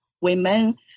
women